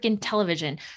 television